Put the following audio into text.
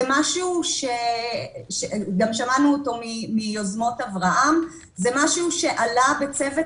זה משהו - שגם שמענו מיוזמות אברהם שעלה בצוות